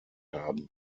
haben